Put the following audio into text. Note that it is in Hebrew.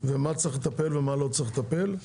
מה צריך לטפל ומה לא צריך לטפל.